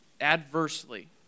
adversely